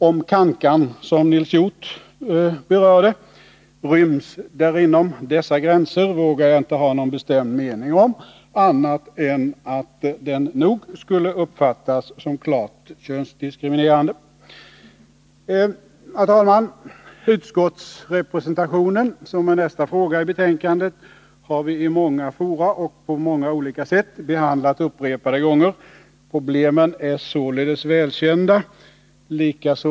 Om cancan — som Nils Hjorth berörde — ryms inom dessa gränser eller inte vågar jag inte ha någon bestämd mening om, annat än att den nog skulle uppfattas som klart könsdiskriminerande. Herr talman! Utskottsrepresentationen, som är nästa fråga i betänkandet, har vi i många fora och på många olika sätt behandlat upprepade gånger. Problemen är således välkända.